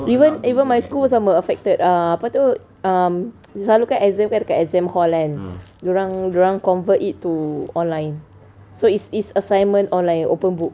even even my school pun sama affected ah apa tu um selalu kan exam dekat exam hall kan dia orang convert it to online so it's assignment online open book